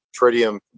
Tritium